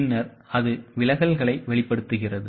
பின்னர் அது விலகல்களை வெளிப்படுத்துகிறது